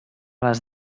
les